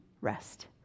rest